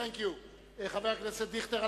חבר הכנסת דיכטר,